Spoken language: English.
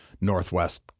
northwest